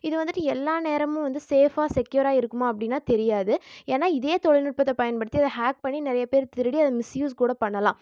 இது வந்துவிட்டு எல்லா நேரமும் வந்து சேஃப்பாக செக்யூராக இருக்குமா அப்படின்னா தெரியாது ஏன்னா இதே தொழில்நுட்பத்தை பயன்படுத்தி அதை ஹேக் பண்ணி நிறைய பேர் திருடி அதை மிஸ்யூஸ் கூட பண்ணலாம்